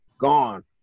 Gone